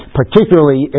particularly